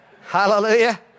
Hallelujah